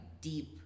deep